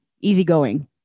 easygoing